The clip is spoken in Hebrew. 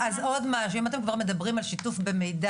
--- אז עוד משהו אם אתם כבר מדברים על שיתוף במידע.